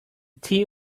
tea